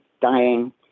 dying